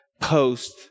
post